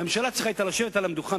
הממשלה היתה צריכה לשבת מייד על המדוכה,